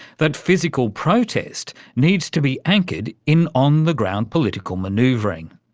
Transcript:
that physical protest needs to be anchored in on-the-ground political manoeuvring.